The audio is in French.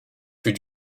fut